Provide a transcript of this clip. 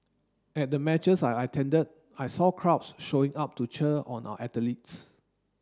at the matches I attended I saw crowds showing up to cheer on our athletes